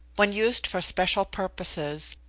when used for special purposes,